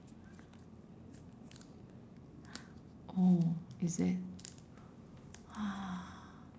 oh is it ha